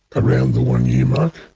around the one-year mark,